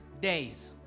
days